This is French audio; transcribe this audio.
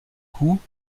coups